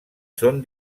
són